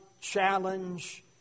challenge